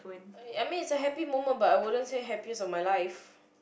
I mean it's a happy moment but I wouldn't say happiest of my life